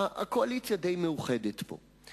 הקואליציה די מאוחדת פה.